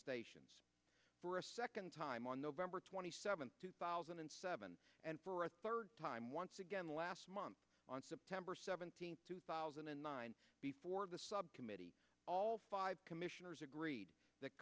stations for a second time on nov twenty seventh two thousand and seven and for a third time once again last month on september seventeenth two thousand and nine before the subcommittee all five commissioners agreed that